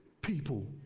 people